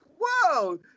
whoa